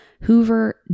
Hoover